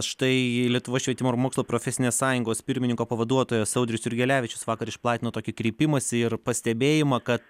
štai lietuvos švietimo ir mokslo profesinės sąjungos pirmininko pavaduotojas audrius jurgelevičius vakar išplatino tokį kreipimąsi ir pastebėjimą kad